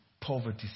poverty